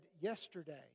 yesterday